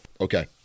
okay